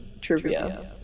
trivia